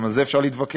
וגם על זה אפשר להתווכח,